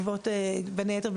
בין היתר,